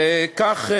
כך,